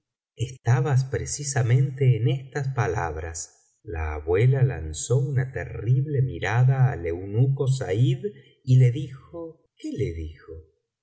estabas precisamente en estas palabras la abuela lanzó una terrible mirada al eunuco said y le dijo qué le dijo